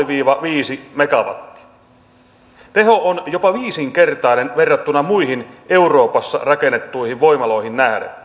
viiva viisi megawattia teho on jopa viisinkertainen verrattuna muihin euroopassa rakennettuihin voimaloihin